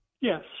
Yes